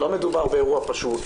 לא מדובר באירוע פשוט,